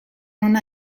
ona